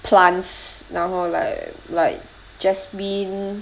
plants 然后 like like jasmine